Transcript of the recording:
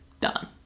done